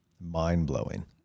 mind-blowing